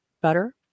butter